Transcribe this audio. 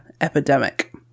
epidemic